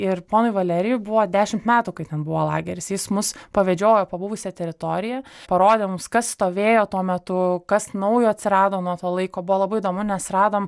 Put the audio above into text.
ir ponui valerijui buvo dešimt metų kai ten buvo lageris jis mus pavedžiojo po buvusią teritoriją parodė mums kas stovėjo tuo metu kas naujo atsirado nuo to laiko buvo labai įdomu nes radom